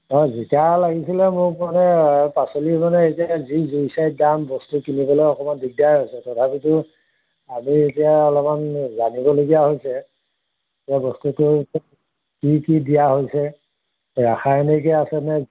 অঁ জিকা লাগিছিলে মোক মানে আৰু পাচলি মানে এতিয়া যি জুই চাই দাম বস্তু কিনিবলৈ অকণমান দিগদাৰ হৈছে তথাপিতো আমি এতিয়া অলপমান জানিবলগীয়া হৈছে যে বস্তুটো কি কি দিয়া হৈছে ৰাসায়নিকে আছে নে